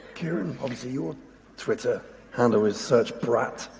kieran, obviously, your twitter handle is searchbrat.